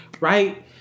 Right